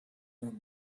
rock